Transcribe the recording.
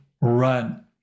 run